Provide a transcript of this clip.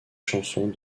chansons